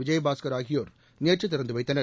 விஜயபாஸ்கர் ஆகியோர் நேற்று திறந்துவைத்தனர்